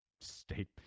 state